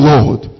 Lord